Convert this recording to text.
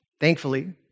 thankfully